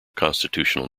constitutional